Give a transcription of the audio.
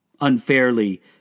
unfairly